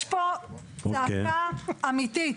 יש פה צעקה אמיתית.